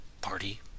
party